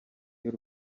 y’u